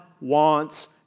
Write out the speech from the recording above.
wants